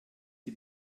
die